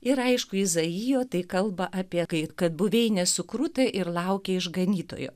ir aišku izaijo tai kalba apie kai kad buveinės sukruto ir laukė išganytojo